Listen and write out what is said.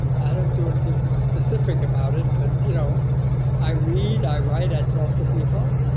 i don't do anything specific about it, but you know i read, i write, i talk to people.